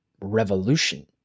revolution